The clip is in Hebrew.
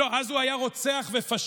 לא, אז הוא היה רוצח ופשיסט,